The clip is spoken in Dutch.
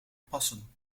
passen